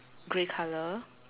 grey colour